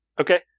Okay